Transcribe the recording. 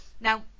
now